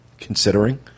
considering